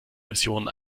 missionen